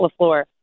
LaFleur